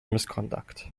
misconduct